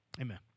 amen